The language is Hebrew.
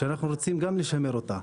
שאנחנו רוצים גם לשמר אותה.